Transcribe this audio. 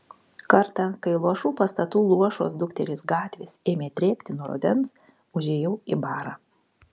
kartą kai luošų pastatų luošos dukterys gatvės ėmė drėkti nuo rudens užėjau į barą